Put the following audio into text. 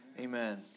Amen